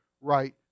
right